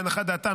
להנחת דעתה,